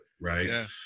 right